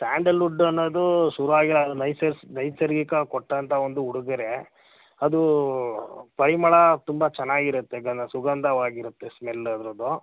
Sandalwood ಅನ್ನೋದು ಶುರ್ವಾಗಿ ನೈಸರ್ಸ್ ನೈಸರ್ಗಿಕ ಕೊಟ್ಟಂಥ ಒಂದು ಉಡುಗೊರೆ ಅದು ಪರಿಮಳ ತುಂಬ ಚೆನ್ನಾಗಿರುತ್ತೆ ಗಂಧ ಸುಗಂಧವಾಗಿರುತ್ತೆ ಸ್ಮೆಲ್ ಅದ್ರದ್ದು